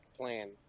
plan